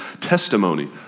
testimony